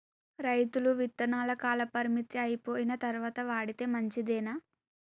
రైతులు విత్తనాల కాలపరిమితి అయిపోయిన తరువాత వాడితే మంచిదేనా?